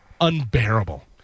unbearable